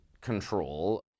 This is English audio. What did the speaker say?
control